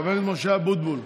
חבר הכנסת משה אבוטבול,